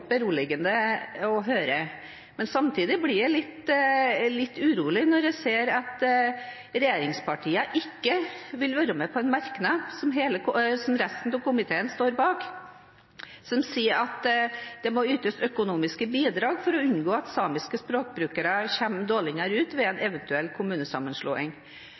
beroligende å høre. Samtidig blir jeg litt urolig når jeg ser at regjeringspartiene ikke vil være med på en merknad som resten av komiteen står bak, som sier at det må ytes økonomiske bidrag for å unngå at samiske språkbrukere kommer dårligere ut ved en eventuell kommunesammenslåing.